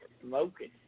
smoking